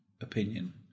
opinion